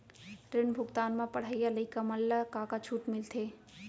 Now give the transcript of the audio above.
ऋण भुगतान म पढ़इया लइका मन ला का का छूट मिलथे?